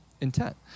intent